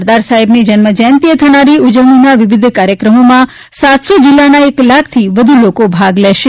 સરદાર સાહેબની જન્મજયંતીએ થનારી ઉજવણીના વિવિધ કાર્યક્રમોમાં સાતસો જિલ્લાના એક લાખથી વધુ લોકો ભાગ લેશે